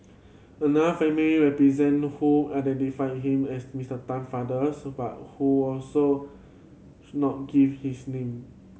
another family represent who identified him as Mister Tan father so but who also should not give his name